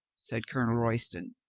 said colonel royston.